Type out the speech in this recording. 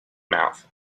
mouth